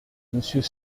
monsieur